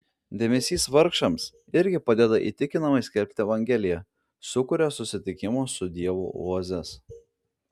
dėmesys vargšams irgi padeda įtikinamai skelbti evangeliją sukuria susitikimo su dievu oazes